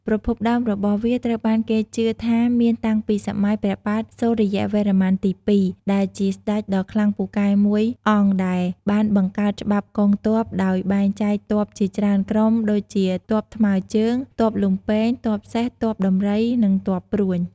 ប្រភពដើមរបស់វាត្រូវបានគេជឿថាមានតាំងពីសម័យព្រះបាទ សូរ្យវរ្ម័នទី២ ដែលជាស្ដេចដ៏ខ្លាំងពូកែមួយអង្គដែលបានបង្កើតច្បាប់កងទ័ពដោយបែងចែកទ័ពជាច្រើនក្រុមដូចជា ទ័ពថ្មើជើង ទ័ពលំពែង ទ័ពសេះ ទ័ពដំរី និងទ័ពព្រួញ។